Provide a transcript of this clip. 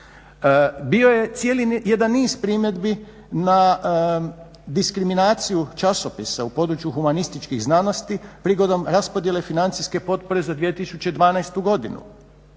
Bio je cijeli jedan niz primjedbi na diskriminaciju časopisa u području humanističkih znanosti prigodom raspodjele financijske potpore za 2012. godinu.